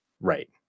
Right